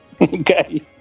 Okay